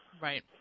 Right